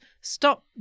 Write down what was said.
stop